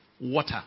water